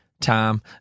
time